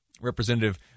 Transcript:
Representative